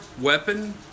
weapon